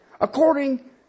according